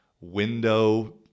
window